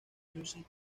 music